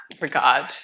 regard